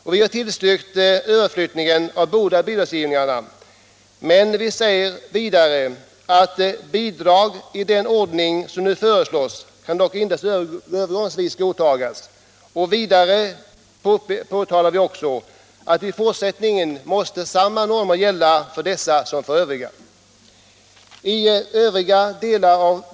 Vi har alltså tillstyrkt överflyttningen av bidragsgivningen i båda fallen men framhåller att bidrag i den ordning som nu föreslagits dock kan godtas endast övergångsvis. Vidare säger vi att det i fortsättningen måste gälla samma normer för dessa som för övriga organisationer.